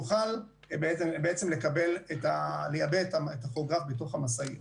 שהיא צד להסכם נוכל לייבא את הטכוגרף במשאית,